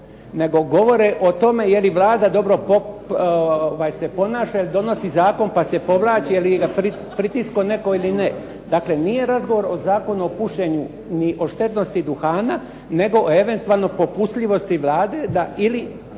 nego govore o tome je li Vlada se ponaša ili donosi zakon pa se povlaći, je li ga pritisko netko ili ne. Dakle, nije razgovor o Zakonu o pušenju ni o štetnosti duhana, nego o eventualno popustljivosti Vlade da ili